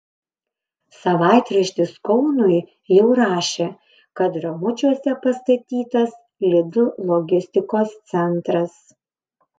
savaitraštis kaunui jau rašė kad ramučiuose pastatytas lidl logistikos centras